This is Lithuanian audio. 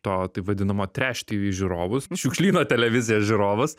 to taip vadinamo treš tv žiūrovus nu šiukšlyno televizijos žiūrovus